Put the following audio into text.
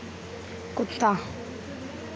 कुत्ता